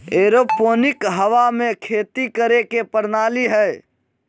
aeroponic हवा में खेती करे के प्रणाली हइ